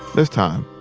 this time,